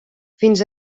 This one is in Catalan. fins